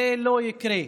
זה לא יקרה.